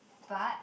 but